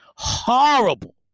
Horrible